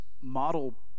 model